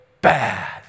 bad